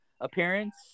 appearance